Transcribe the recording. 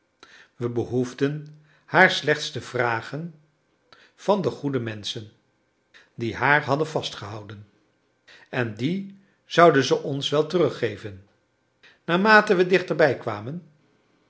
wij behoefden haar slechts te vragen van de goede menschen die haar hadden vastgehouden en die zouden ze ons wel teruggeven naarmate wij dichterbij kwamen